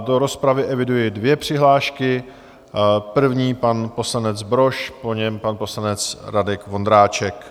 Do rozpravy eviduji dvě přihlášky, první pan poslanec Brož, po něm pan poslanec Radek Vondráček.